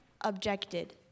Objected